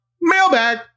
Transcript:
mailbag